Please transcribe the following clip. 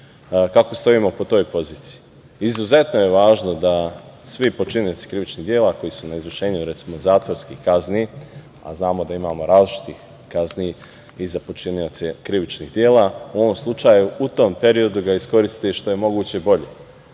kako stojimo po toj poziciji. Izuzetno je važno da svi počinioci krivičnog dela koji su na izvršenju, recimo, zatvorskih kazni, a znamo da imamo različitih kazni i za počinioce krivičnih dela u ovom slučaju, u tom periodu ga iskoristi što je moguće bolje.